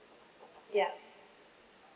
yup